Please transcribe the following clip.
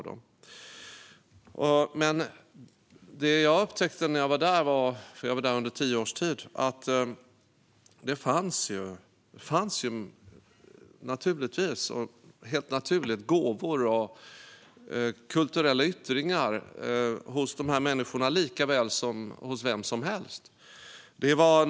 Det jag upptäckte under mina tio år där var att det, naturligtvis och helt naturligt, fanns gåvor och kulturella yttringar hos dessa människor likaväl som hos vem som helst.